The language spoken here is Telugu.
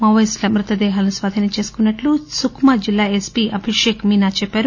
మావోయిస్టులనుమృతదేహాలను స్వాధీనం చేసుకొన్నట్లు సుకమా జిల్లా ఎస్పీ అభిషక్ మీనా చెప్పారు